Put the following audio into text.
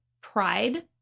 pride